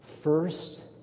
first